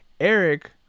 Eric